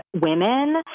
women